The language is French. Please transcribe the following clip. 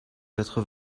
quatre